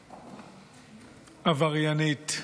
עבריינית,